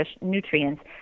nutrients